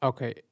Okay